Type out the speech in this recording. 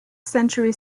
century